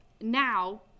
now